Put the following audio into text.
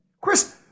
Chris